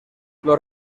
los